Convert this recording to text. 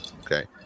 Okay